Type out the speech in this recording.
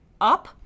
up